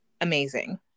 amazing